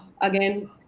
again